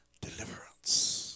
deliverance